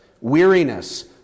weariness